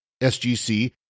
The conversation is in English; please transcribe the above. SGC